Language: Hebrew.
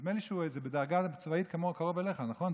נדמה לי שהוא בדרגה צבאית קרובה אליך, נכון?